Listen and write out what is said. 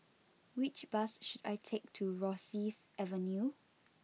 which bus should I take to Rosyth Avenue